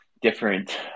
different